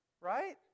Right